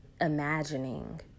imagining